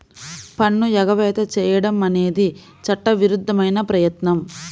పన్ను ఎగవేత చేయడం అనేది చట్టవిరుద్ధమైన ప్రయత్నం